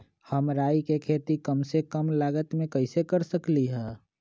हम राई के खेती कम से कम लागत में कैसे कर सकली ह?